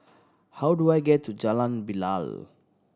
how do I get to Jalan Bilal